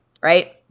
right